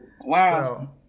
Wow